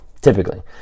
typically